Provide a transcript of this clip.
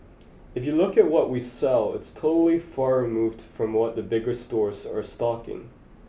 if you look at what we sell it's totally far removed from what the bigger stores are stocking